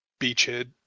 Beachhead